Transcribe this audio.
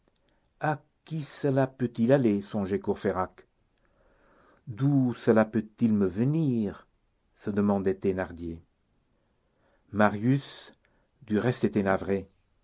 à qui cela peut-il aller songeait courfeyrac d'où cela peut-il me venir se demandait thénardier marius du reste était navré